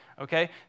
Okay